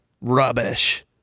rubbish